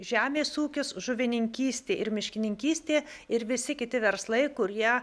žemės ūkis žuvininkystė ir miškininkystė ir visi kiti verslai kurie